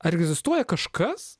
ar egzistuoja kažkas